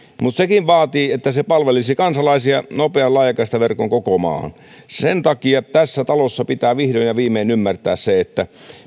mutta sekin että se palvelisi kansalaisia vaatii nopean laajakaistaverkon koko maahan sen takia tässä talossa pitää vihdoin ja viimein ymmärtää se että